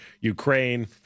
Ukraine